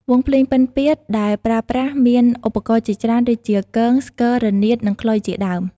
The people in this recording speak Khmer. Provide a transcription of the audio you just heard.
វង់ភ្លេងពិណពាទ្យដែលប្រើប្រាស់មានឧបករណ៍ជាច្រើនដូចជា គង ស្គរ រនាត និងខ្លុយជាដើម។